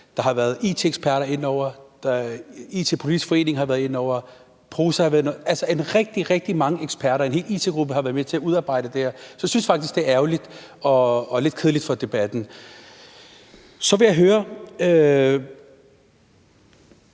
Der har været it-eksperter inde over, IT-Politisk Forening har været inde over, PROSA har været inde over, altså rigtig, rigtig mange eksperter. Herudover har en hel it-gruppe været med til at udarbejde det her. Så jeg synes faktisk, det er lidt ærgerligt og lidt kedeligt for debatten. Så vil jeg høre